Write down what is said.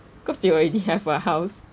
cause you already have a house